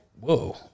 whoa